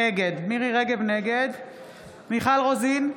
נגד מיכל רוזין,